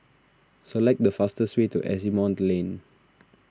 select the fastest way to Asimont Lane